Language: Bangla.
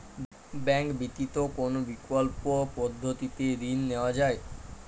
ব্যাঙ্ক ব্যতিত কোন বিকল্প পদ্ধতিতে ঋণ নেওয়া যায়?